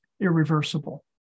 irreversible